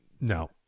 No